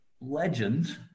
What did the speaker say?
legend